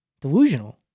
Delusional